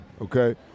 okay